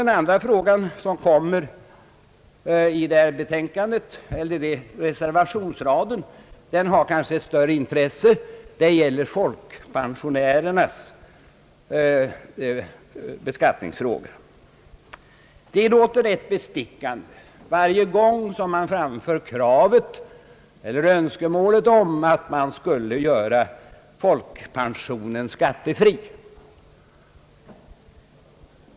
Den andra fråga som behandlas i reservationsraden har däremot kanske ett större intresse, nämligen frågan om folkpensionärernas beskattning. Det låter rätt bestickande varje gång man framför kravet eller önskemålet om att folkpensionen skall göras skattefri.